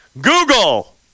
Google